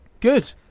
Good